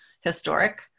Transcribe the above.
historic